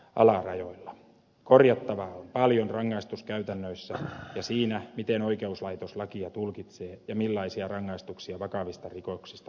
korjattavaa on paljon rangaistuskäytännöissä ja siinä miten oikeuslaitos lakia tulkitsee ja millaisia rangaistuksia vakavista rikoksista määrätään